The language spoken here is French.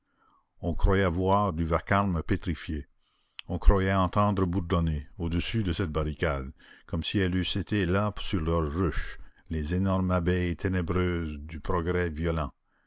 on croyait voir du vacarme pétrifié on croyait entendre bourdonner au-dessus de cette barricade comme si elles eussent été là sur leur ruche les énormes abeilles ténébreuses du progrès violent